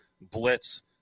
blitz